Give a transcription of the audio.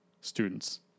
students